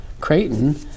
Creighton